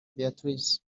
beatrice